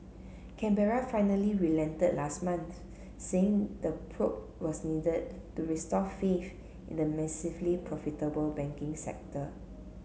Canberra finally relented last month saying the probe was needed to restore faith in the massively profitable banking sector